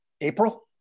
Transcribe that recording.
April